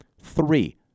Three